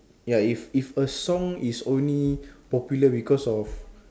ya if if a song is only popular because of